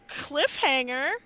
cliffhanger